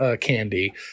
candy